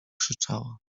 krzyczała